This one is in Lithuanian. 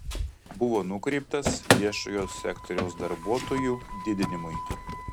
buvo nukreiptas viešojo sektoriaus darbuotojų didinimui